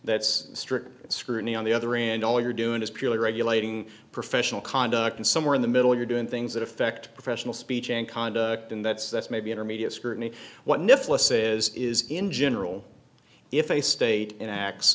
that's a strict scrutiny on the other end all you're doing is purely regulating professional conduct and somewhere in the middle you're doing things that affect professional speech and conduct and that's that's maybe intermediate scrutiny what nicholas says is in general if a state in x